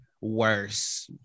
worse